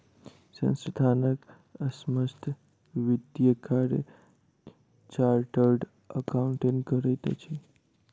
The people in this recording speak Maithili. संस्थानक समस्त वित्तीय कार्य चार्टर्ड अकाउंटेंट करैत अछि